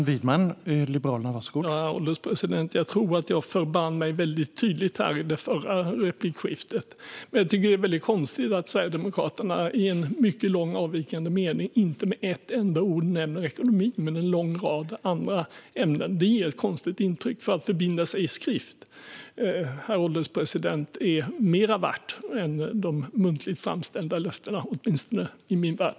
Herr ålderspresident! Jag tror att jag förband mig väldigt tydligt i det förra replikskiftet. Jag tycker att det är väldigt konstigt att Sverigedemokraterna i en mycket lång avvikande mening inte med ett enda ord nämner ekonomin utan i stället en lång rad andra ämnen. Det ger ett konstigt intryck. Att förbinda sig i skrift är ju mer värt än de muntligt framställda löftena, åtminstone i min värld.